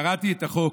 קראתי את החוק,